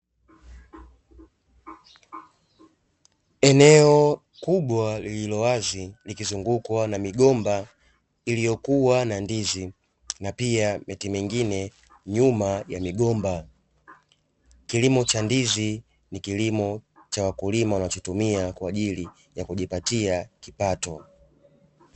Eneo kubwa lililo wazi likizungukwa na migomba iliyokua na ndizi na pia miti mingine nyuma ya migomba. Kilimo cha ndizi ni kilimo cha wakulima wanachotumia kwa ajili ya kujipatia kipato.